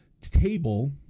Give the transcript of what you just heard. table